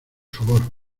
favor